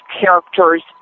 characters